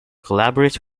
collaborates